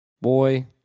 boy